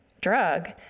drug